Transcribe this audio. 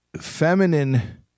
feminine